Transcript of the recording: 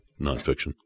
nonfiction